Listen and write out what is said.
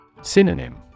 Synonym